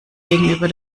gegenüber